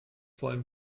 wollen